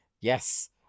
Yes